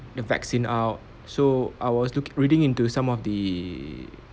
the vaccine out so I was looking reading into some of the